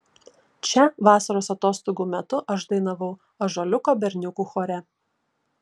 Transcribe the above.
čia vasaros atostogų metu aš dainavau ąžuoliuko berniukų chore